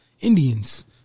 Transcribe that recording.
Indians